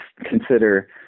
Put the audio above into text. consider